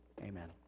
amen